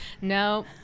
no